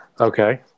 Okay